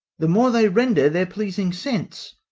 the more they render their pleasing scents,